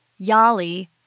YALI